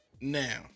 now